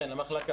כן, למחלקה.